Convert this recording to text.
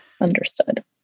Understood